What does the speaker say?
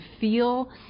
feel